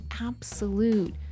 absolute